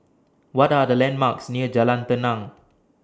What Are The landmarks near Jalan Tenang